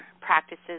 practices